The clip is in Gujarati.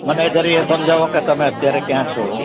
મને જરી એ સમજાવો કે તમે અત્યારે ક્યાં છો